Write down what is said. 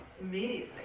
immediately